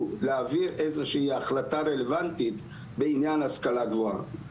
להעביר איזה החלטה רלוונטית בעניין השכלה הגבוהה,